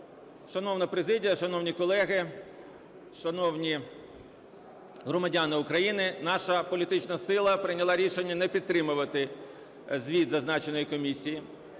Шановна президія, шановні колеги, шановні громадяни України, наша політична сила прийняла рішення не підтримувати звіт зазначеної комісії.